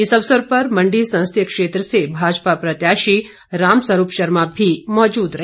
इस अवसर पर मंडी संसदीय क्षेत्र से भाजपा प्रत्याशी रामस्वरूप शर्मा भी मौजूद रहे